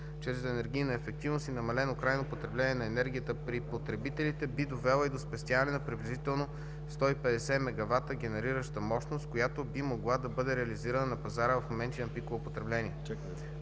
чрез енергийна ефективност и намалено крайно потребление на енергията при потребителите, би довела и до спестяване на приблизително 150 мегавата генерираща мощност, която би могла да бъде реализирана на пазара в моменти на пиково потребление.